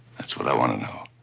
that's what i want to know.